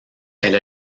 elle